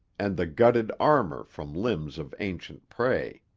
and the gutted armour from limbs of ancient prey.